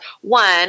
one